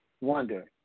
Wonder